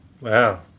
Wow